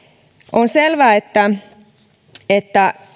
on selvää että että